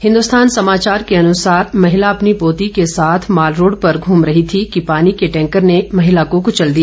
हिन्दुस्थान समाचार के अनुसार महिला अपनी पोती के साथ मालरोड पर घूम रही थी कि पानी के टैंकर ने महिला को कुचल दिया